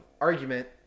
argument